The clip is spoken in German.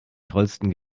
tollsten